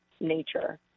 nature